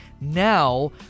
Now